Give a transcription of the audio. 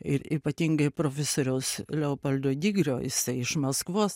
ir ypatingai profesoriaus leopoldo digrio jisai iš maskvos